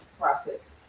process